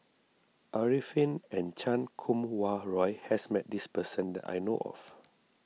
Arifin and Chan Kum Wah Roy has met this person that I know of